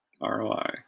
R-O-I